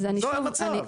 זה המצב.